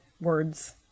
words